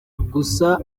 gusa